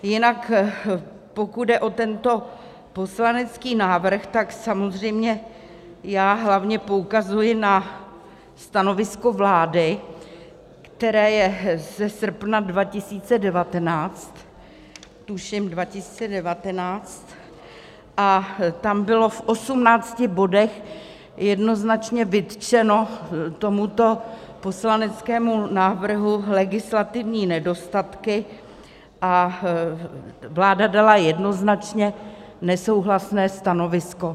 Jinak pokud jde o tento poslanecký návrh, tak samozřejmě hlavně poukazuji na stanovisko vlády, které je ze srpna 2019, tuším 2019, a tam byly v 18 bodech jednoznačně vytknuty tomuto poslaneckému návrhu legislativní nedostatky a vláda dala jednoznačně nesouhlasné stanovisko.